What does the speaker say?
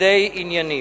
ניגודי עניינים.